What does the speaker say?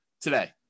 today